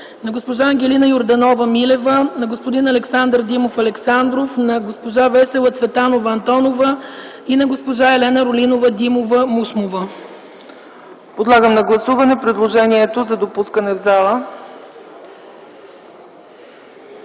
госпожа Ангелина Йорданова Милева, господин Александър Димов Александров, госпожа Весела Цветанова Антонова и госпожа Елена Орлинова Димова-Мушмова. ПРЕДСЕДАТЕЛ ЦЕЦКА ЦАЧЕВА: Подлагам на гласуване предложението за допускане в залата.